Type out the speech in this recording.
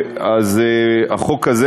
אז החוק הזה,